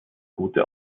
gute